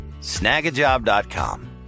Snagajob.com